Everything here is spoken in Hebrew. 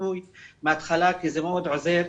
מיפוי בהתחלה כי זה מאוד עוזר.